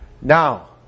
Now